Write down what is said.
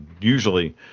usually